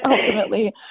ultimately